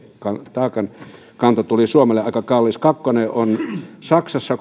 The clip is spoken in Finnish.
taakankanto tuli suomelle aika kalliiksi kakkonen on saksassa